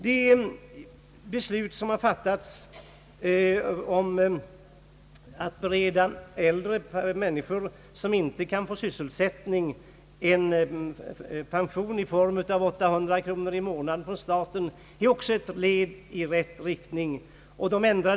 Det beslut som fattats om att bereda äldre människor, som inte kan få sysselsättning, en pension från staten på 800 kronor i månaden är också ett steg i rätt riktning.